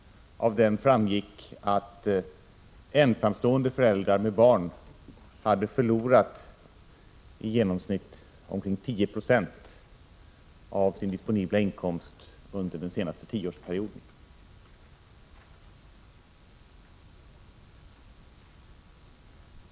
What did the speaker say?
Av den framgår att ensamstående föräldrar med barn har förlorat i genomsnitt 10 26 av sin disponibla inkomst under den senaste tioårsperioden.